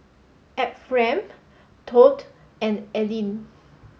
Ephriam Todd and Aleen